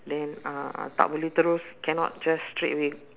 then uh uh tak boleh terus cannot just straightaway